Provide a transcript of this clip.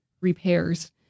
repairs